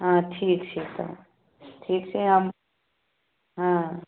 हँ ठीक छै तऽ ठीक छै हम हँ